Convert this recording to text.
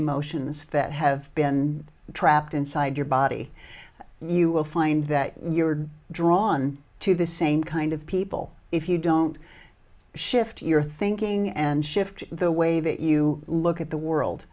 emotions that have been trapped inside your body you will find that you're drawn to the same kind of people if you don't shift your thinking and shift the way that you look at the world